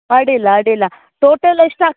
ಅಡ್ಡಿಲ್ಲ ಅಡ್ಡಿಲ್ಲ ಟೋಟಲ್ ಎಷ್ಟಾಗ್